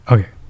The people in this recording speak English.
Okay